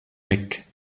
mick